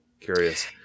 Curious